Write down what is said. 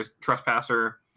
trespasser